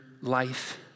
life